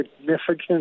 significant